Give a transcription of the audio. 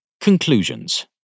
Conclusions